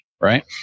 Right